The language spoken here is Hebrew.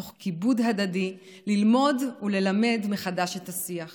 תוך כיבוד הדדי, ללמוד וללמד מחדש את השיח הזה.